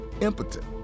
impotent